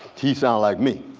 he sound like me.